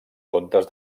contes